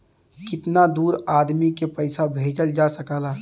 कितना दूर आदमी के पैसा भेजल जा सकला?